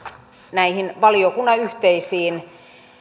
näihin valiokunnan yhteisiin